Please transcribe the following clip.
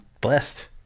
blessed